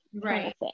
Right